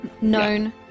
Known